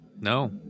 No